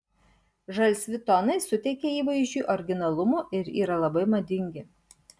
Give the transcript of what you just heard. žalsvi tonai suteikia įvaizdžiui originalumo ir yra labai madingi